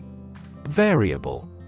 Variable